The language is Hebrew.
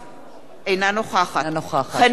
אינה נוכחת חנין זועבי,